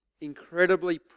incredibly